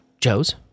Joe's